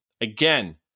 Again